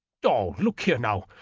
oh, look here, now,